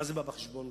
ואז בא בחשבון לדבר.